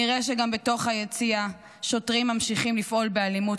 נראה שגם בתוך היציע שוטרים ממשיכים לפעול באלימות